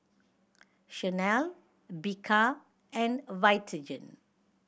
Chanel Bika and Vitagen